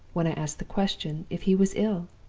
when i asked the question, if he was ill.